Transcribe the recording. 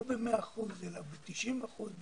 לא במאה אחוזים אלא ב-90 אחוזים,